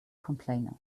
complainers